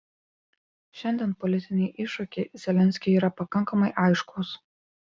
šiandien politiniai iššūkiai zelenskiui yra pakankamai aiškūs